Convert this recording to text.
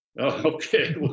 Okay